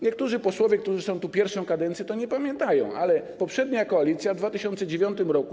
Niektórzy posłowie, którzy są tu pierwszą kadencję, tego nie pamiętają, ale poprzednia koalicja w roku 2009.